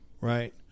Right